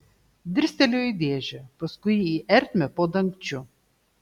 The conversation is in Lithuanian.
dirstelėjo į dėžę paskui į ertmę po dangčiu